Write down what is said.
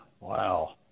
wow